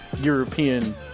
European